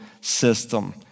system